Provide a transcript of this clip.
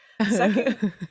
Second